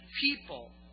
people